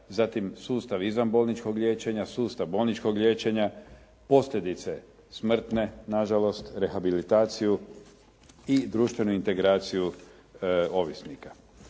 zatim sustav izvanbolničkog liječenja, sustav bolničkog liječenja, posljedice smrtne, na žalost, rehabilitaciju i društvenu integraciju ovisnika.